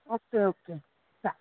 okay okay સારું